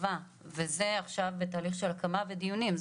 חובר וזה עכשיו בתהליך של הקמה ודיונים,